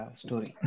story